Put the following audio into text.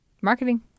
Marketing